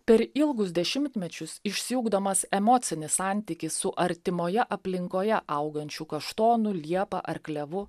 per ilgus dešimtmečius išsiugdomas emocinis santykis su artimoje aplinkoje augančiu kaštonu liepa ar klevu